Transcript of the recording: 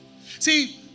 See